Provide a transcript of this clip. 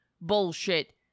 bullshit